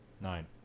Nine